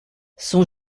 son